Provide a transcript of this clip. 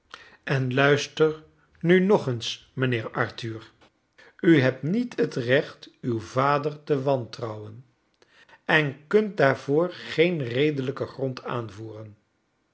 en luister nu nog eens mijnheer arthur u hebt niet het reoht uw vader te wantrouwon en kunt daarvoor geen redelijken grond aanvoeren